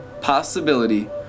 possibility